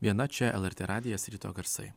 viena čia lrt radijas ryto garsai